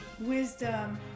wisdom